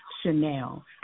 Chanel